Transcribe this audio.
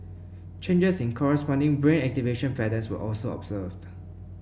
changes in corresponding brain activation patterns were also observed